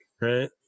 right